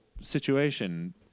situation